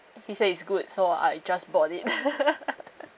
he say it's good so I just bought it